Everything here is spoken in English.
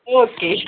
okay